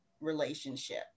relationship